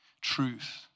truth